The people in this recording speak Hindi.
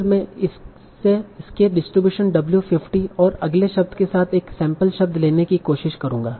फिर मैं इसके डिस्ट्रीब्यूशन w50 और अगले शब्द के साथ एक सैंपल शब्द लेने की कोशिश करूंगा